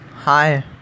Hi